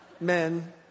Men